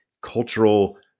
cultural